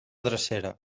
drecera